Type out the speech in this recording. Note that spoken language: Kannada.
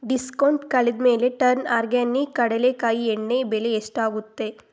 ಡಿಸ್ಕೌಂಟ್ ಕಳೆದ ಮೇಲೆ ಟರ್ನ್ ಆರ್ಗ್ಯಾನಿಕ್ ಕಡಲೇಕಾಯಿ ಎಣ್ಣೆ ಬೆಲೆ ಎಷ್ಟಾಗುತ್ತೆ